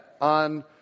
on